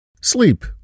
Sleep